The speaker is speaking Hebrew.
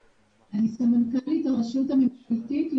מתנצלת.